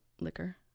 liquor